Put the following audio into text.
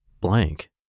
blank